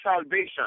salvation